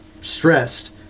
stressed